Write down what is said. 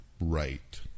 right